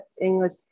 English